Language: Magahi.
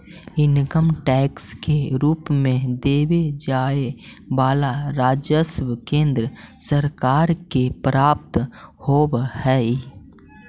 इनकम टैक्स के रूप में देवे जाए वाला राजस्व केंद्र सरकार के प्राप्त होव हई